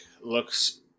looks